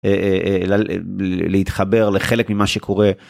להתחבר לחלק ממה שקורה.